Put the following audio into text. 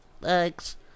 thanks